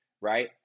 right